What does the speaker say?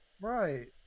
Right